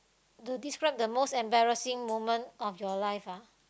to describe the most embarrassing moment of your life ah